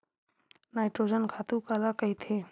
Nitrogen खातु काला कहिथे?